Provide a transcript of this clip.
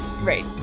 Right